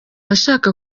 ashaka